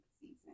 season